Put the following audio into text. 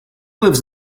lives